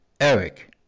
Eric